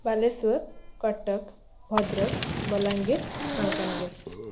Balasore Cuttack Bhadrak Balangir Malkangiri